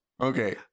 Okay